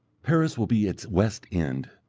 paris will be its west end,